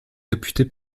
réputée